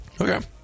Okay